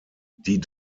die